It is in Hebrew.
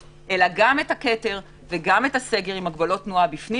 אלא גם את הכתר וגם את הסגר עם הגבלות תנועה בפנים